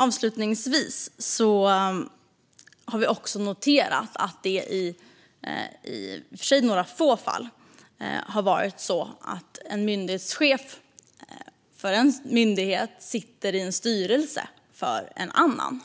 Avslutningsvis har vi noterat att det förekommer - i och för sig i några få fall - att en chef för en myndighet sitter i styrelsen för en annan.